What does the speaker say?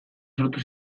sortu